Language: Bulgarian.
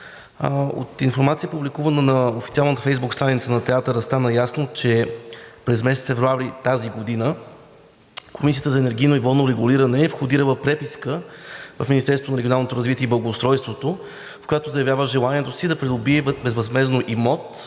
От информация, публикувана на официалната Фейсбук страница на театъра, стана ясно, че през месец февруари тази година Комисията за енергийно и водно регулиране е входирала преписка в Министерството на регионалното развитие и благоустройството, в която заявява желанието си да придобие безвъзмездно имот,